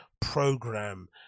program